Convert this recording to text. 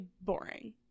boring